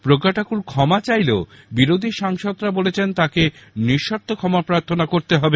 প্রজ্ঞা ঠাকুর ক্ষমা চাইলেও বিরোধী সাংসদরা বলেছেন তাঁকে নিঃশর্ত ক্ষমা প্রার্থনা করতে হবে